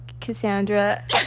Cassandra